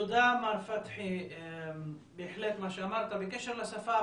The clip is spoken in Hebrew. תודה, מר פתחי, בהחלט מה שאמרת בקשר לשפה.